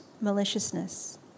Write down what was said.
maliciousness